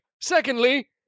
Secondly